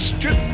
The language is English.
Strip